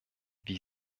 wie